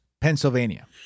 Pennsylvania